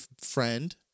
friend